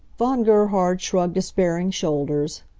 von gerhard shrugged despairing shoulders.